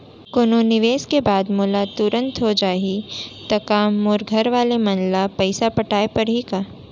कोनो निवेश के बाद मोला तुरंत हो जाही ता का मोर घरवाले मन ला पइसा पटाय पड़ही का?